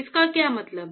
इसका क्या मतलब है